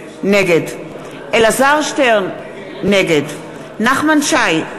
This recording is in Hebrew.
נגד אלעזר שטרן, נגד נחמן שי,